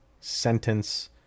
sentence